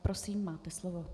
Prosím, máte slovo.